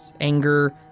anger